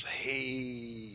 hey